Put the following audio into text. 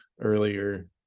earlier